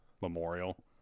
memorial